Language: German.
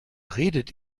redet